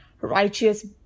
righteous